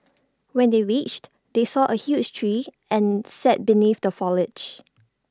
when they reached they saw A huge tree and sat beneath the foliage